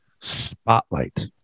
Spotlight